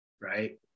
right